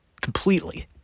Completely